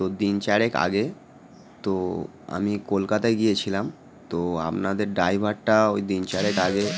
তো দিন চারেক আগে তো আমি কলকাতায় গিয়েছিলাম তো আপনাদের ড্রাইভারটা ওই দিন চারেক আগে